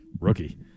Rookie